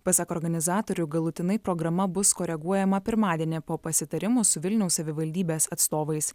pasak organizatorių galutinai programa bus koreguojama pirmadienį po pasitarimo su vilniaus savivaldybės atstovais